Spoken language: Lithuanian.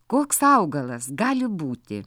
koks augalas gali būti